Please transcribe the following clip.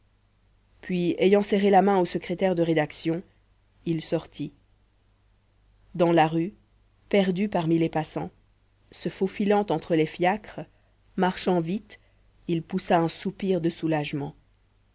puis ayant serré la main au secrétaire de rédaction il sortit dans la rue perdu parmi les passants se faufilant entre les fiacres marchant vite il poussa un soupir de soulagement